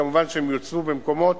כמובן, הן יוצבו במקומות